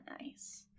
nice